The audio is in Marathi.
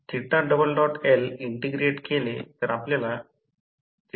ऑटो ट्रान्सफॉर्मर चे KVA रेटिंग V1 I 1 द्वारे दिले गेले आहे